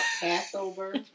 Passover